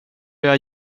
att